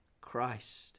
Christ